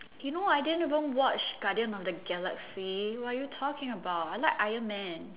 you know I didn't even watch guardian of the galaxy what are you talking about I like iron man